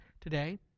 today